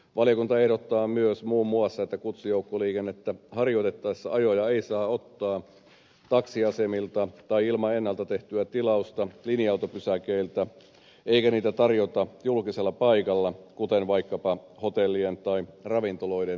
valiokunta ehdottaa myös muun muassa että kutsujoukkoliikennettä harjoitettaessa ajoja ei saa ottaa taksiasemilta tai ilman ennalta tehtyä tilausta linja autopysäkeiltä eikä niitä tarjota julkisella paikalla kuten vaikkapa hotellien tai ravintoloiden edustalla